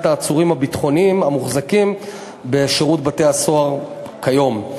העצורים הביטחוניים המוחזקים בשירות בתי-הסוהר כיום.